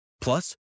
Plus